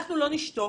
לא נשתוק,